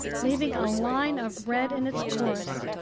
leaving a line of red in its course.